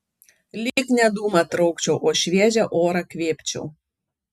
lyg ne dūmą traukčiau o šviežią orą kvėpčiau